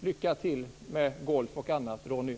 Lycka till med golf och annat, Ronnie!